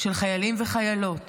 של חיילים וחיילות